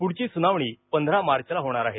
पुढची सुनावणी पंधरा मार्चला होणार आहे